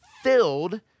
filled